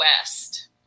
West